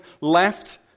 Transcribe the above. left